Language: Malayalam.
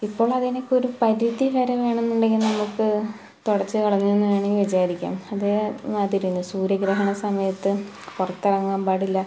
ഇപ്പോഴതിനൊക്കെ ഒരു പരിധി വരെ വേണമെന്നുണ്ടെങ്കില് നമുക്ക് തുടച്ചുകളഞ്ഞു എന്നു വേണമെങ്കില് വിചാരിക്കാം അതേ മാതിരിയാണ് സൂര്യഗ്രഹണ സമയത്തും പുറത്തിറങ്ങാന് പാടില്ല